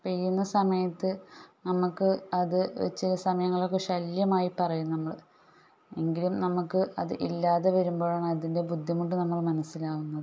പെയ്യുന്ന സമയത്ത് നമുക്ക് അത് ചില സമയങ്ങളിലൊക്കെ ശല്യമായി പറയും നമ്മൾ എങ്കിലും നമുക്ക് അത് ഇല്ലാതെ വരുമ്പോഴാണ് അതിൻ്റെ ബുദ്ധിമുട്ട് നമ്മൾ മനസ്സിലാകുന്നത്